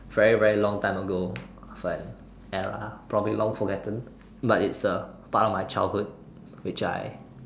very very long time ago of an era probably long forgotten but its a part of my childhood which I